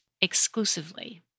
exclusively